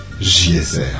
J-S-R